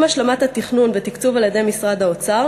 עם השלמת התכנון ותקצוב על-ידי משרד האוצר